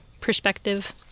perspective